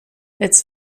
its